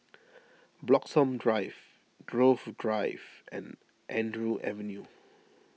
Bloxhome Drive Grove Drive and Andrew Avenue